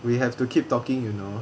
we have to keep talking you know